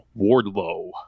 Wardlow